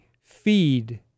feed